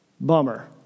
bummer